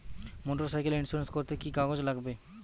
Motorcycle insurance করতে কি কি কাগজ লাগবে?